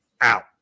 out